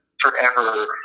forever